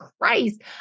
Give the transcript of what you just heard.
Christ